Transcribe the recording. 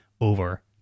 over